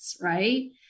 Right